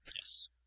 Yes